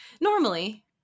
Normally